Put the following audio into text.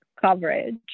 coverage